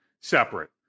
separate